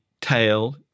tail